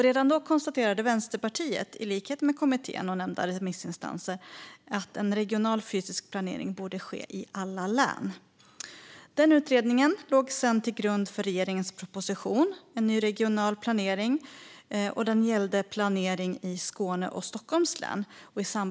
Redan då konstaterade Vänsterpartiet i likhet med kommittén och nämnda remissinstanser att regional fysisk planering borde ske i alla län. Utredningen låg sedan till grund för regeringens proposition En ny re gional planering , och den gällde planering i Skåne och Stockholms län.